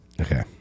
Okay